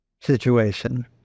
situation